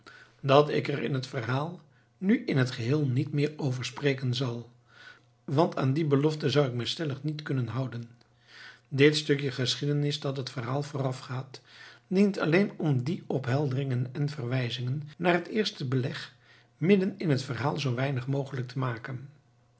dat ik er in het verhaal nu in het geheel niet meer over spreken zal want aan die belofte zou ik mij stellig niet kunnen houden dit stukje geschiedenis dat het verhaal voorafgaat dient alleen om die ophelderingen en verwijzingen naar het eerste beleg midden in het verhaal zoo weinig mogelijk te maken